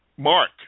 Mark